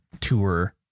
tour